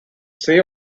see